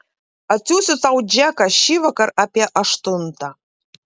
atsiųsiu tau džeką šįvakar apie aštuntą